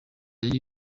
riri